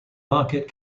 market